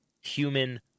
human